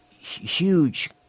huge